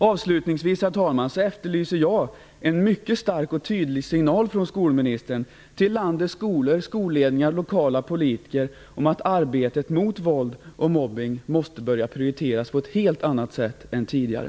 Avslutningsvis, herr talman, efterlyser jag en mycket stark och tydlig signal från skolministern till landets skolor, skolledningar och lokala politiker om att arbetet mot våld och mobbning måste prioriteras på ett helt annat sätt än tidigare.